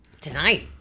Tonight